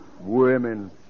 Women